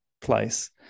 place